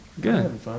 Good